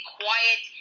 quiet